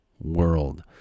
world